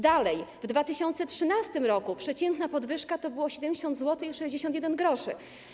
Dalej, w 2013 r. przeciętna podwyżka to było 70 zł i 61 gr.